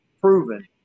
proven